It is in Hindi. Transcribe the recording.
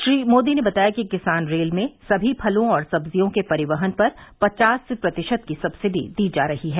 श्री मोदी ने बताया कि किसान रेल में सभी फलों और सब्जियों के परिवहन पर पचास प्रतिशत की सब्सिडी दी जा रही है